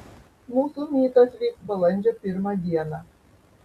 mūsų mytas vyks balandžio pirmą dieną